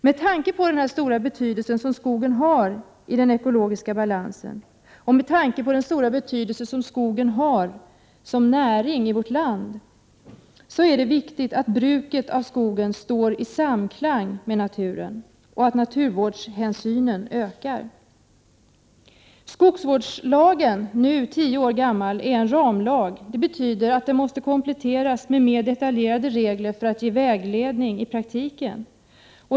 Med tanke på den stora betydelse som skogen har i den ekologiska balansen och med tanke på den stora betydelse som skogen har som näring i vårt land, är det viktigt att bruket av skogen står i samklang med naturen och att naturvårdshänsynen ökar. Skogsvårdslagen, som nu är tio år gammal, är en ramlag. Det betyder att den måste kompletteras med mer detaljerade regler för att i praktiken ge vägledning.